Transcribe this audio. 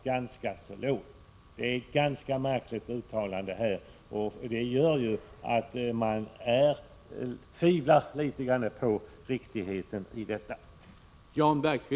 Det är här fråga om ett ganska märkligt uttalande, och man tvivlar därför litet grand på riktigheten i uppgifterna.